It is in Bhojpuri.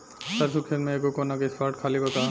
सरसों के खेत में एगो कोना के स्पॉट खाली बा का?